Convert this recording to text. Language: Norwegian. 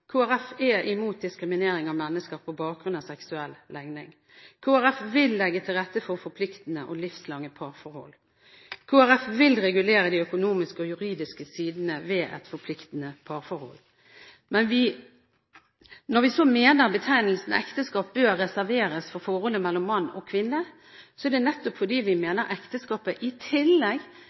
er imot diskriminering av mennesker på bakgrunn av seksuell legning. Kristelig Folkeparti vil legge til rette for forpliktende og livslange parforhold. Kristelig Folkeparti vil regulere de økonomiske og juridiske sidene ved et forpliktende parforhold. Når vi så mener at betegnelsen «ekteskap» bør reserveres for forholdet mellom mann og kvinne, er det nettopp fordi vi mener ekteskapet, i tillegg